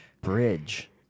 bridge